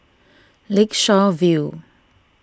Lakeshore View